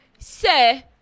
Sir